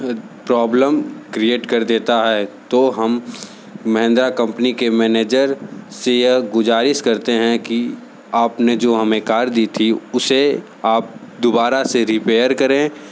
problem create कर देता है तो हम महेन्द्रा कंपनी के मैनेजर से यह गुजारिश करते हैं कि आप ने जो हमें कार दी थी उसे आप दोबारा से रिपेयर करें